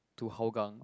to Hougang